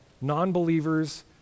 non-believers